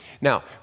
Now